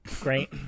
Great